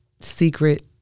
Secret